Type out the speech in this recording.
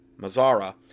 Mazzara